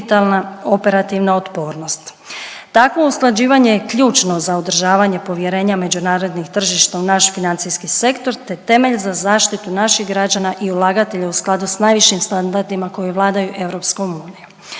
digitalna operativna otpornost. Takvo usklađivanje je ključno za održavanje povjerenja međunarodnih tržišta u naš financijski sektor te temelj za zaštitu naših građana i ulagatelja u skladu s najvišim standardima koji vladaju EU.